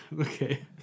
okay